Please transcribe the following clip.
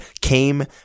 came